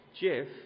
Jeff